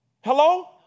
Hello